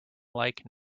like